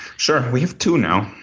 sure. we have two now.